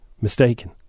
mistaken